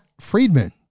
Friedman